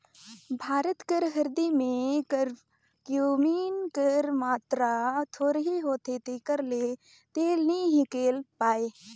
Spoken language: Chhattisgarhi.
भारत कर हरदी में करक्यूमिन कर मातरा थोरहें होथे तेकर ले तेल नी हिंकेल पाए